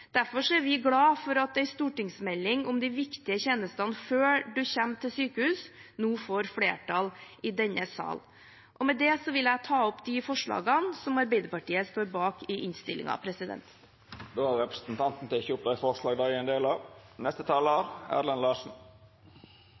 Derfor er vi glad for at en stortingsmelding om de viktige tjenestene før en kommer på sykehus, nå får flertall i denne sal. Med det vil jeg ta opp det forslaget Arbeiderpartiet står bak i innstillingen. Representanten Ingvild Kjerkol har teke opp det forslaget ho refererte til. Vi ønsker alle å